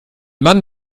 mann